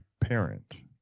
parent